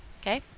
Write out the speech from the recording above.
Okay